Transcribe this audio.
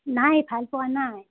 নাই ভাল পোৱা নাই